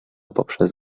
poprzez